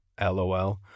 lol